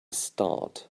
start